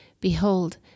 Behold